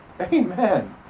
Amen